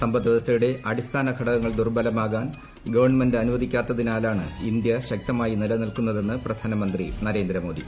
സമ്പത്വൃവസ്ഥയുടെ അടിസ്ഥാനഘടകങ്ങൾ ദുർബലമാകാൻ government അനുവദിക്കാത്തതിനാലാണ് India ശക്തമായി നിലനിൽക്കുന്നതെന്ന് പ്രധാനമന്ത്രി നരേന്ദ്രമോദി